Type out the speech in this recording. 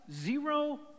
zero